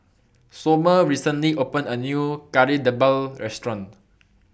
Somer recently opened A New Kari Debal Restaurant